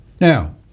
Now